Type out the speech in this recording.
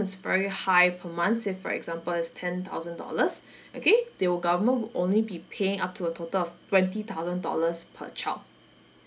is very high per month say for example is ten thousand dollars okay they will government will only be paying up to a total of twenty thousand dollars per child